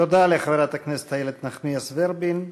תודה לחברת הכנסת איילת נחמיאס ורבין.